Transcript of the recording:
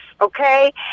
okay